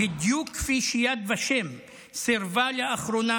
ובדיוק כפי שיד ושם סירבה לאחרונה